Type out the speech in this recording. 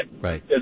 Right